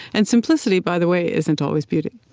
and simplicity, by the way, isn't always beauty.